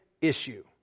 issue